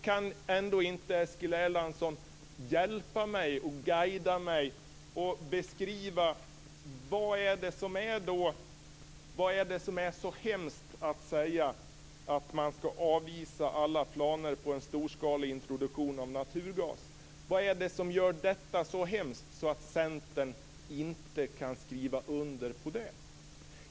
Kan inte Eskil Erlandsson hjälpa mig, guida mig och beskriva vad som är så hemskt med att säga att man skall avvisa alla planer på en storskalig introduktion av naturgas? Vad är det som gör det så hemskt att Centern inte kan skriva under på det?